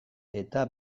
eta